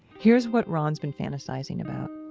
here's what ron's been fantasizing about